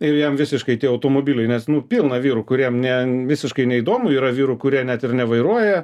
ir jam visiškai tie automobiliai nes nu pilna vyrų kuriem ne visiškai neįdomu yra vyrų kurie net ir nevairuoja